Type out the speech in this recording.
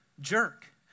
jerk